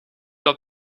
dat